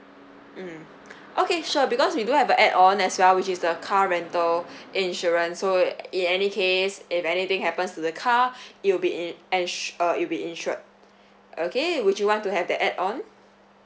mm okay sure because we do have a add on as well which is the car rental insurance so uh in any case if anything happens to the car it'll be in ensu~ uh it'll be insured okay would you want to have the add on